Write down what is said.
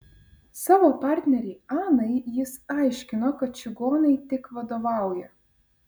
savo partnerei anai jis aiškino kad čigonai tik vadovauja